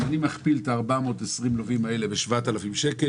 אם אני מכפיל את ה-420 לווים האלה ב-7,000 שקל,